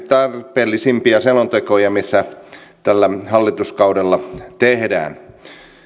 tarpeellisimpia selontekoja mitä tällä hallituskaudella tehdään